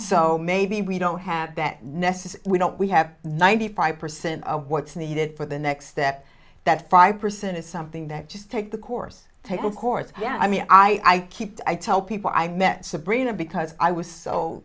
so maybe we don't have that nesses we don't we have ninety five percent of what's needed for the next step that five percent is something that just take the course take a course yeah i mean i keep i tell people i met sabrina because i was so